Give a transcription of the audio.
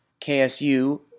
KSU